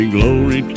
glory